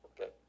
okay